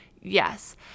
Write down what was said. Yes